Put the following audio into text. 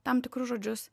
tam tikrus žodžius